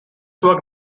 work